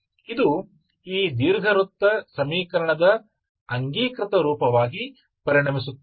ಇದು ಈ ದೀರ್ಘವೃತ್ತ ಸಮೀಕರಣದ ಅಂಗೀಕೃತ ರೂಪವಾಗಿ ಪರಿಣಮಿಸುತ್ತದೆ